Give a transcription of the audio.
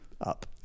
up